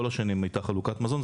כל השנים הייתה חלוקת מזון.